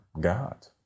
God